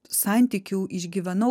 santykių išgyvenau